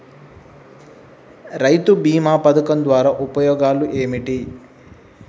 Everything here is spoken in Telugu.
రైతు బీమా పథకం ద్వారా ఉపయోగాలు ఏమిటి?